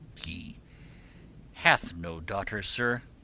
he hath no daughters, sir.